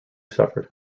suffered